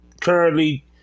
currently